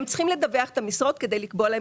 הם צריכים לדווח את המשרות כדי לקבוע להם